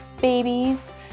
babies